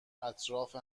اطراف